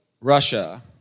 Russia